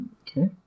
Okay